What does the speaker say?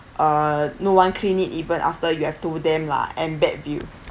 uh no one clean it even after you have told them lah and bad view